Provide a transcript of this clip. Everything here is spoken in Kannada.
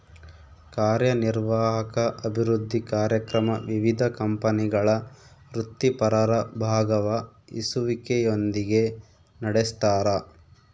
ಕಾರ್ಯನಿರ್ವಾಹಕ ಅಭಿವೃದ್ಧಿ ಕಾರ್ಯಕ್ರಮ ವಿವಿಧ ಕಂಪನಿಗಳ ವೃತ್ತಿಪರರ ಭಾಗವಹಿಸುವಿಕೆಯೊಂದಿಗೆ ನಡೆಸ್ತಾರ